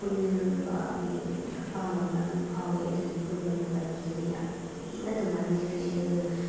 ꯄꯨꯟꯅꯤꯡꯕꯒꯤ ꯑꯄꯥꯝꯕ ꯑꯃ ꯑꯗꯨꯝ ꯐꯥꯎꯋꯦ ꯑꯗꯨꯒꯤ ꯄꯨꯟꯕ ꯃꯇꯝꯗꯨꯗꯤ ꯌꯥꯝ ꯊꯤꯅ ꯑꯗꯨꯃꯥꯏꯅ ꯏꯁꯄꯤꯁꯦꯜ ꯑꯣꯏꯕ